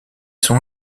son